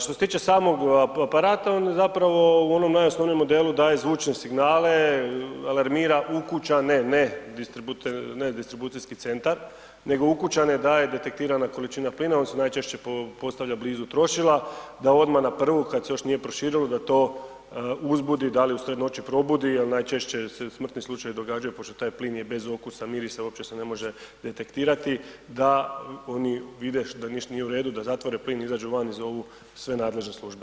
Što se tiče samog aparata, on je zapravo u onom najosnovnijem modelu, daje zvučne signale, alarmira ukućane, ne distribucijski centar nego ukućane, daje detektirana količina plina, on se najčešće postavlja blizu trošila da odmah na prvu kad se još nije proširilo, da to uzbudi da li usred noći probudi jer najčešće se smrtni slučajevi događaju, pošto taj plin je bez okusa, mirisa, uopće se ne može detektirati, da oni vide da nešto nije u redu, da zatvore plin i izađu van i zovu sve nadležne službe.